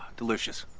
delicious.